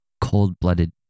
cold-blooded